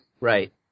Right